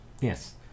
Yes